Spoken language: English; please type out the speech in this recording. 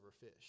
fish